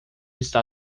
está